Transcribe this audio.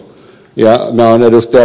minä olen ed